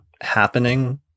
happening